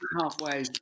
halfway